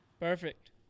Perfect